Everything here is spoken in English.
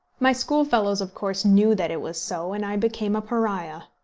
my schoolfellows of course knew that it was so, and i became a pariah.